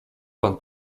pan